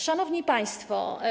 Szanowni Państwo!